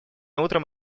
утром